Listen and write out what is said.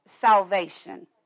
salvation